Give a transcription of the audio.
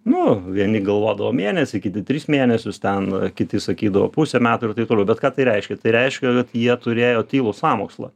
nu vieni galvodavo mėnesį kiti tris mėnesius ten kiti sakydavo pusę metų ir taip toliau bet ką tai reiškia tai reiškia kad jie turėjo tylų sąmokslą